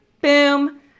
boom